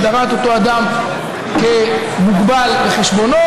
הגדרת אותו אדם כמוגבל בחשבונו.